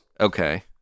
Okay